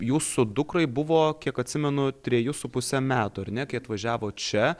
jūsų dukrai buvo kiek atsimenu treji su puse metų ar ne kai atvažiavo čia